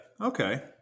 okay